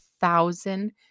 thousand